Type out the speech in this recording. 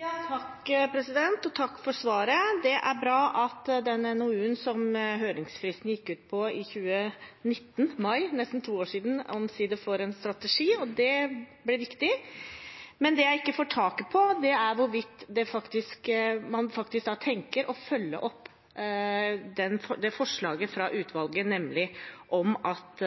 Takk for svaret. Det er bra at den NOU-en som høringsfristen gikk ut på i mai 2019, for nesten to år siden, omsider får en strategi. Det er viktig. Det jeg ikke får taket på, er hvorvidt man faktisk da tenker å følge opp forslaget fra utvalget om at